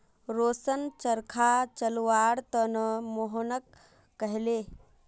रोशन चरखा चलव्वार त न मोहनक कहले